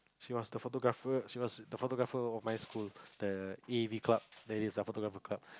she was the photographer she was the photographer of my school the A_V Club that is the photographer club